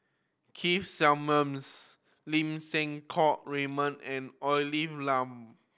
Keith Simmons Lim Siang Keat Raymond and Olivia Lum